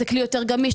זה כלי יותר גמיש.